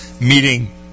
meeting